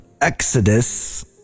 Exodus